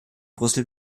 brüssel